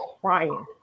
crying